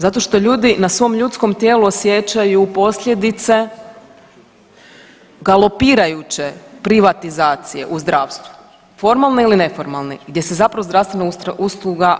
Zato što ljudi na svom ljudskom tijelu osjećaju posljedice galopirajuće privatizacije u zdravstvu, formalne ili neformalne gdje se zapravo zdravstvena usluga